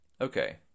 okay